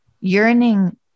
yearning